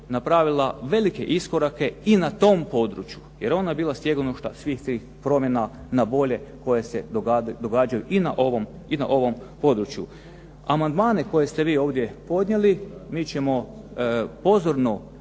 napravila velike iskorake i na tom području, jer ona je bila stjegonoša svih tih promjena na bolje koje se događaju i na ovom području. Amandmane koje ste vi ovdje podnijeli, mi ćemo pozorno